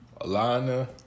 Alana